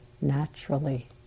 naturally